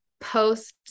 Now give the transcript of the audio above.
post